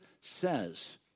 says